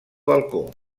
balcó